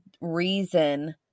reason